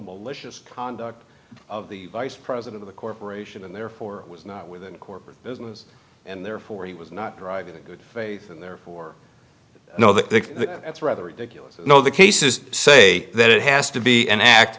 malicious conduct of the vice president of a corporation and therefore was not within corporate business and therefore he was not driving a good faith and therefore i know that that's rather ridiculous you know the case is say that it has to be an act